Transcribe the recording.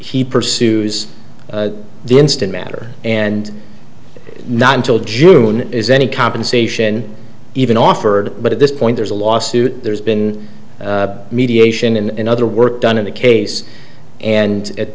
he pursues the instant matter and not until june is any compensation even offered but at this point there's a lawsuit there's been mediation and other work done in the case and at